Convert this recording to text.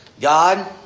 God